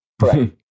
Correct